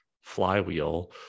flywheel